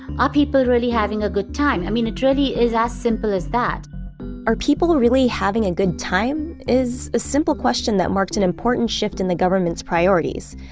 are people really having a good time? i mean it really is as simple as that are people really having a good time? is a simple question that marked an important shift in the government's priorities.